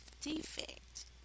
defect